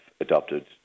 adopted